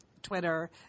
Twitter